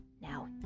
now